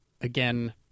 again